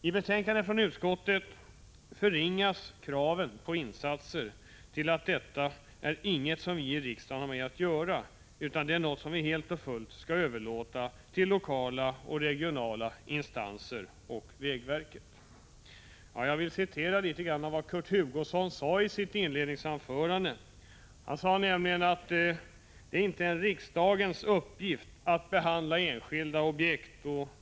I betänkandet från utskottet förringas kraven på insatser till att detta inte är något som vi i riksdagen har med att göra, utan det är något som vi helt och fullt skall överlåta till lokala och regionala instanser och till vägverket. Jag vill återge litet av vad Kurt Hugosson sade i sin inledning: Det är inte en riksdagens uppgift att behandla enskilda objekt.